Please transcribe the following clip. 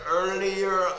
earlier